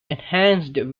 enhanced